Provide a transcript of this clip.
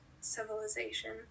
civilization